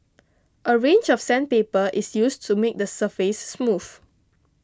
a range of sandpaper is used to make the surface smooth